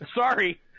sorry